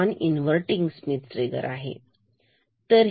non inverting Schmitt trigger आहे